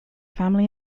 family